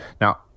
Now